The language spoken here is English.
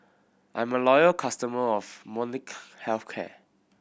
I'm a loyal customer of Molnylcke Health Care